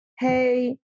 Hey